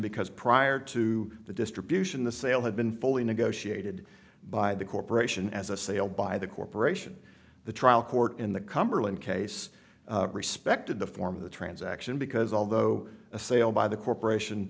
because prior to the distribution the sale had been fully negotiated by the corporation as a sale by the corporation the trial court in the cumberland case respected the form of the transaction because although a sale by the corporation